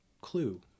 clue